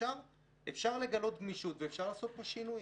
אפשר לגלות גמישות ואפשר לעשות פה שינויים.